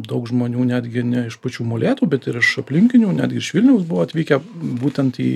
daug žmonių netgi ne iš pačių molėtų bet ir iš aplinkinių netgi iš vilniaus buvo atvykę būtent į